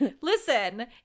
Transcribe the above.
Listen